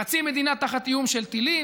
חצי מדינה תחת איום של טילים,